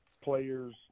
players